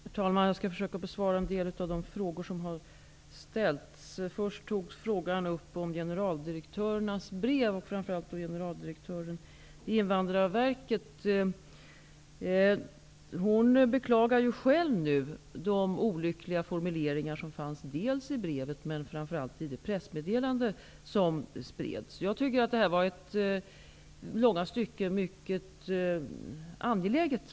Herr talman! Jag skall försöka att besvara en del av de frågor som har ställts. Först togs frågan om generaldirektörernas brev upp. Generaldirektören för Invandrarverket beklagar ju själv de olyckliga formuleringarna som fanns i brevet och framför allt i det pressmeddelande som spreds. Jag tycker att detta brev i långa stycken var mycket angeläget.